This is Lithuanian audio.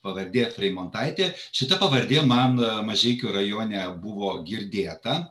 pavardė freimontaitė šita pavardė man mažeikių rajone buvo girdėta